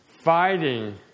fighting